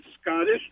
Scottish